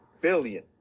billion